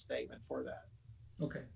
statement for that ok